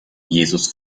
jesus